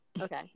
Okay